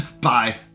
Bye